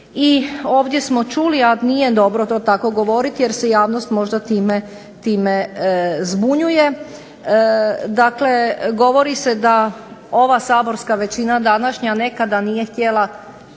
I ovdje smo čuli, a nije dobro to tako govoriti jer se javnost možda time zbunjuje. Dakle, govori se da ova saborska većina današnja nekada nije htjela